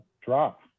drop